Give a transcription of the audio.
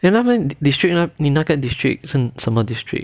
then 他们 district 你那个 district 是什么 district